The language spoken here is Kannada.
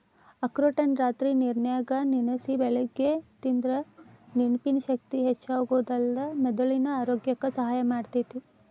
ಅಖ್ರೋಟನ್ನ ರಾತ್ರಿ ನೇರನ್ಯಾಗ ನೆನಸಿ ಬೆಳಿಗ್ಗೆ ತಿಂದ್ರ ನೆನಪಿನ ಶಕ್ತಿ ಹೆಚ್ಚಾಗೋದಲ್ದ ಮೆದುಳಿನ ಆರೋಗ್ಯಕ್ಕ ಸಹಾಯ ಮಾಡ್ತೇತಿ